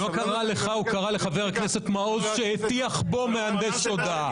הוא לא קרא לך אלא לחבר הכנסת מעוז שהטיח בו מהנדס תודעה,